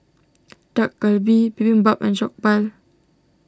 Dak Galbi Bibimbap and Jokbal